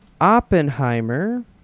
Oppenheimer